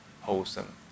wholesome